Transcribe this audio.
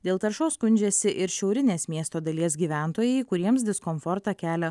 dėl taršos skundžiasi ir šiaurinės miesto dalies gyventojai kuriems diskomfortą kelia